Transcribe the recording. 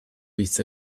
with